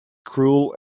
cruel